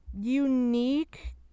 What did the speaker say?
Unique